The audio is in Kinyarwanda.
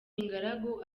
ingaragu